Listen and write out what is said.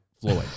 Floyd